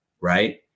right